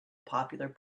popular